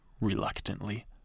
reluctantly